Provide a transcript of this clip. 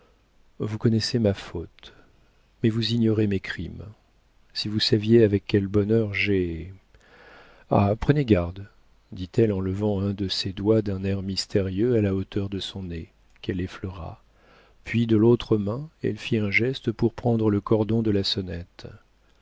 vous connaissez ma faute mais vous ignorez mes crimes si vous saviez avec quel bonheur j'ai ah prenez garde dit-elle en levant un de ses doigts d'un air mystérieux à la hauteur de son nez qu'elle effleura puis de l'autre main elle fit un geste pour prendre le cordon de la sonnette